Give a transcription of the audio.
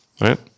right